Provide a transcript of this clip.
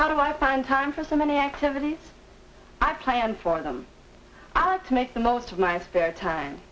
how do i find time for so many activities i planned for them i have to make the most of my spare time